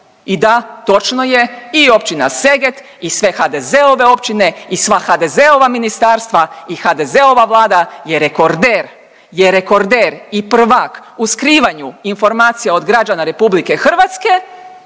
I da, točno je i općina Seget i sve HDZ-ove općine i sva HDZ-ova ministarstva i HDZ-ova vlada je rekorder, je rekorder i prvak u skrivanju informacija od građana Republike Hrvatske